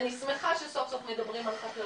אני שמחה שסוף סוף מדברים על חקלאות.